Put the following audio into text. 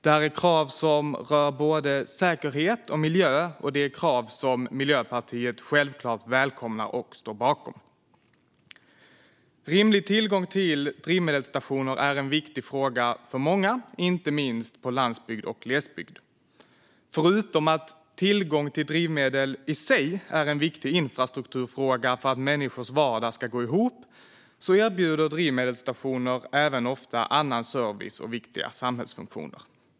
Det är krav som rör både säkerhet och miljö, och det är krav som Miljöpartiet självklart välkomnar och står bakom. En rimlig tillgång till drivmedelsstationer är en viktig fråga för många, inte minst på landsbygd och i glesbygd. Förutom att tillgång till drivmedel i sig är en viktig infrastrukturfråga för att människors vardag ska gå ihop erbjuder drivmedelsstationer ofta även annan service och viktiga samhällsfunktioner.